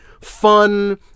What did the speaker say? fun